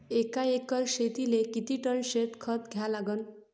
एका एकर शेतीले किती टन शेन खत द्या लागन?